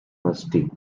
musty